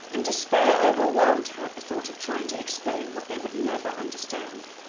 and despair overwhelmed her at the thought of trying to explain what they would never understand.